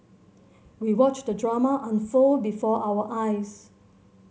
we watched the drama unfold before our eyes